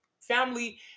family